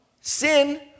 sin